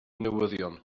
newyddion